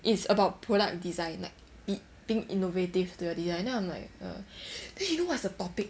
it's about product design like it being innovative to your design lah and then I'm like err then you know what's the topic